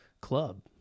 club